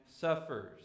suffers